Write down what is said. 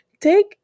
take